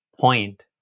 point